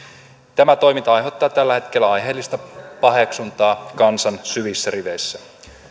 tämä toiminta aiheuttaa tällä hetkellä aiheellista paheksuntaa kansan syvissä riveissä